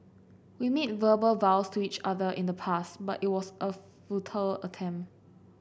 we made verbal vows to each other in the past but it was a futile attempt